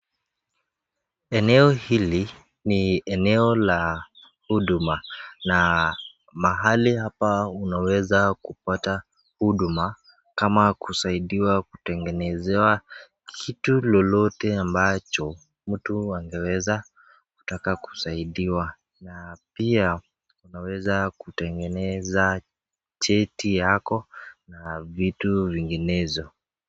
Eneo hili ni eneo la huduma na mahali hapa unaweza kupata huduma kama kusaidiwa kutengeneza kitu lolote ambacho mtu angeweza kutaka kusaidiwa na pia, anaweza kutengeneza cheti yako na vitu vinginezo.